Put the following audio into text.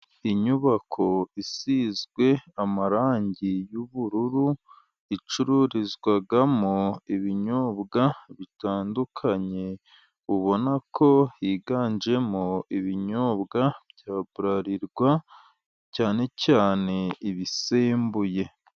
Inyubako isizwe amarangi y'ubururu, icururizwamo ibinyobwa bitandukanye. Ubona ko higanjemo ibinyobwa bya buralirwa cyane cyane ibisembuye.